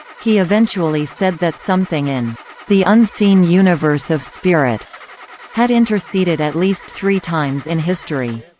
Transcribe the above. he eventually said that something in the unseen universe of spirit had interceded at least three times in history.